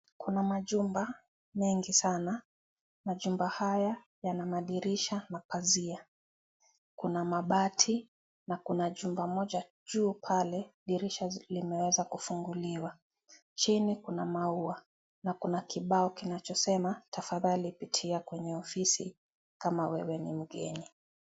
Kuna majumba mengi sana. Majumba haya yana madirisha, mapazia. Kuna mabati na kuna chumba moja juu pale dirisha zimeweza kufunguliwa. Chini kuna maua na kuna kibango kinachosema tafadhali pitia kwenye ofisi kama wewe ni mgeni.